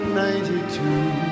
ninety-two